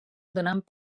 donant